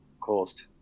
caused